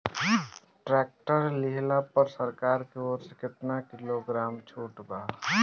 Tractor लिहला पर सरकार की ओर से केतना किलोग्राम छूट बा?